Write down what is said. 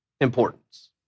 importance